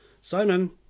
Simon